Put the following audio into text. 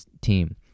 team